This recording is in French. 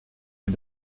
est